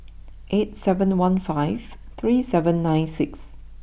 eight seven one five three seven nine six